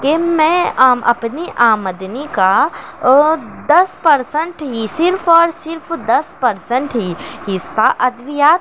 کہ میں اپنی آمدنی کا دس پرسنٹ ہی صرف اور صرف دس پرسنٹ ہی حصہ ادویات